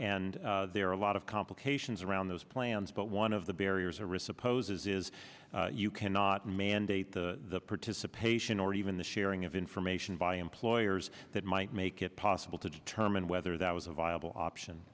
and there are a lot of complications around those plans but one of the barriers a resupply poses is you cannot mandate the or to suppression or even the sharing of information by employers that might make it possible to determine whether that was a viable option